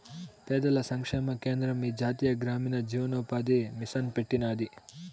పేదల సంక్షేమ కేంద్రం ఈ జాతీయ గ్రామీణ జీవనోపాది మిసన్ పెట్టినాది